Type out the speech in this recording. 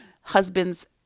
husbands